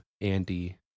Andy